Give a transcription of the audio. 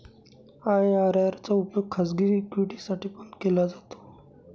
IRR चा उपयोग खाजगी इक्विटी साठी पण केला जातो